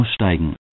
aussteigen